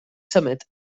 symud